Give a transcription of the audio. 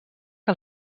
que